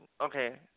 Okay